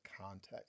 context